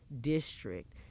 district